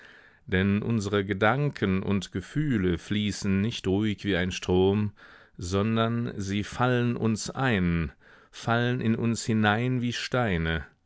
denn unsere gedanken und gefühle fließen nicht ruhig wie ein strom sondern sie fallen uns ein fallen in uns hinein wie steine